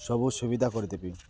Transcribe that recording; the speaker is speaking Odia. ସବୁ ସୁବିଧା କରିଦେବି